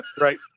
Right